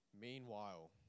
Meanwhile